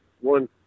one